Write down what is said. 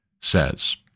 says